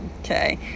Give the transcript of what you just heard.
okay